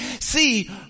See